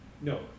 No